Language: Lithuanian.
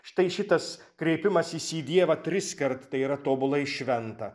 štai šitas kreipimasis į dievą triskart tai yra tobulai šventa